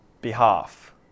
behalf